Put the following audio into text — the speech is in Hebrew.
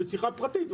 בשיחה פרטית,